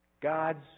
God's